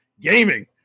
gaming